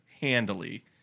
handily